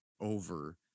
over